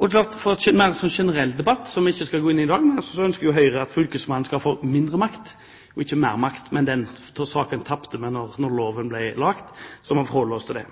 Når det gjelder en mer generell debatt, som vi ikke skal gå inn i i dag, ønsker Høyre at fylkesmannen skal få mindre makt og ikke mer makt, men den saken tapte vi da loven ble laget, og vi må forholde oss til det.